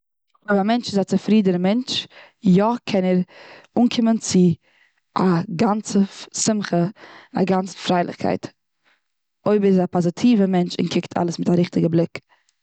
אז א מענטש איז א צופרידענע מענטש, יא, קען ער אנקומען צו א גאנצע שמחה א גאנצע פרייליכקייט. אויב איז ער א צופרידענע מענטש און ער קוקט אלעס מיט א פאזאטיווע בליק.